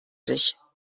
sich